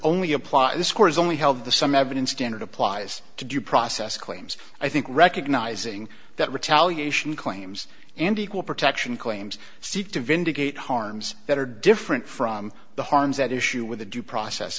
only apply this court is only held the some evidence standard applies to due process claims i think recognizing that retaliation claims and equal protection claims seek to vindicate harms that are different from the harms that issue with a due process